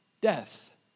death